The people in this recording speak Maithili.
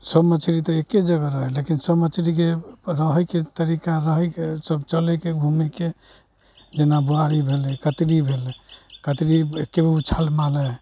सब मछरी तऽ एक्के जगह रहै हइ लेकिन सब मछरीके रहैके तरीका रहैके सब चलैके घुमैके जेना बुआरी भेलै कतरी भेलै कतरी एक्के बेर उछलि मारै हइ